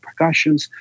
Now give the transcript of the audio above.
percussions